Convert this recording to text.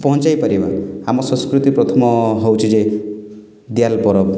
ପହଞ୍ଚାଇ ପାରିବା ଆମ ସଂସ୍କୃତି ପ୍ରଥମ ହେଉଛି ଯେ ଦିଆଲ୍ ପରବ୍